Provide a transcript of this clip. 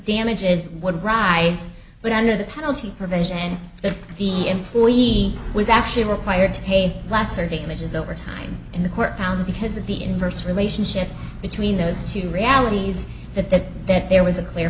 damages would rise but under the penalty provision if the employee was actually required to pay less or damages over time in the court found because of the inverse relationship between those two realities that that that there was a clear